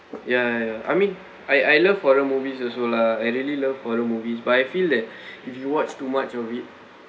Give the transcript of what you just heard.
ya ya ya I mean I I love horror movies also lah I really love horror movies but I feel like if you watch too much of it